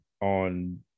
on